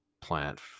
plant